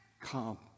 Come